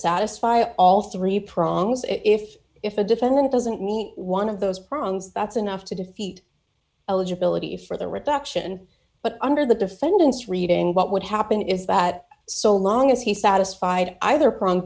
satisfy all three prongs if if a defendant doesn't meet one of those problems that's enough to defeat eligibility for the reduction but under the defendant's reading what would happen is that so long as he satisfied either